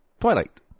Twilight